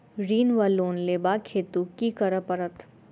ऋण वा लोन लेबाक हेतु की करऽ पड़त?